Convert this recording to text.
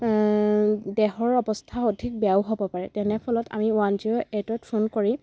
দেহৰ অৱস্থা অধিক বেয়াও হ'ব পাৰে তেনে ফলত আমি ওৱান জিৰ' এইটত ফোন কৰি